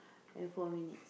and four minutes